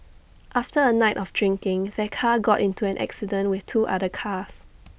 after A night of drinking their car got into an accident with two other cars